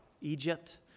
Egypt